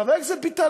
חבר הכנסת ביטן,